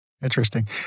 Interesting